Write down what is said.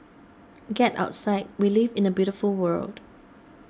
get outside we live in a beautiful world